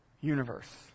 universe